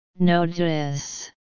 notice